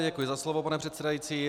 Děkuji za slovo pane předsedající.